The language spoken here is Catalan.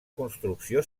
construcció